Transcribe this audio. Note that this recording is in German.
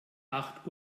acht